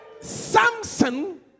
Samson